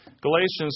Galatians